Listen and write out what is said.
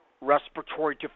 respiratory